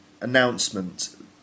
announcement